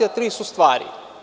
Tri su stvari.